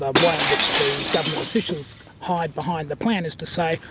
the way in which the government officials hide behind the plan is to say,